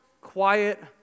quiet